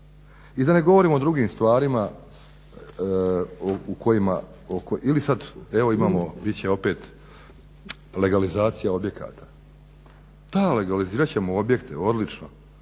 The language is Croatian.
I da ne govorim o drugim stvarima u kojima ili sad, evo imamo, bit će opet legalizacija objekata. Da, legalizirat ćemo objekte, odlično.